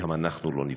גם אנחנו לא נפגע.